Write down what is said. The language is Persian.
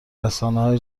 رسانههای